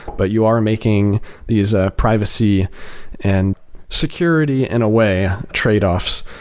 but you are making these ah privacy and security in a way trade-offs.